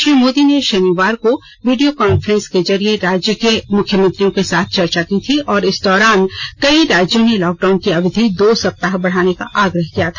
श्री मोदी ने शनिवार को वीडियो कॉन्फ्रेंसिंग के जरिए राज्य के मुख्यमंत्रियों के साथ चर्चा की थी और इस दौरान कई राज्यों ने लॉकडाउन की अवधि दो सप्ताह बढ़ाने का आग्रह किया था